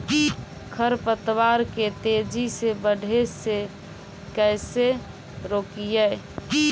खर पतवार के तेजी से बढ़े से कैसे रोकिअइ?